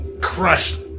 crushed